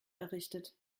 errichtet